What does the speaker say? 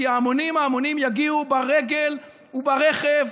כי המונים המונים יגיעו ברגל וברכב,